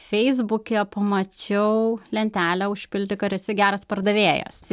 feisbuke pamačiau lentelę užpildyk ar esi geras pardavėjas